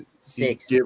six